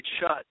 shut